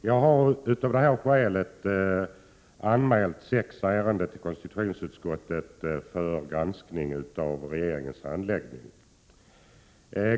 Jag har av det skälet anmält sex ärenden till konstitutionsutskottet för granskning av regeringens handläggning.